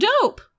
dope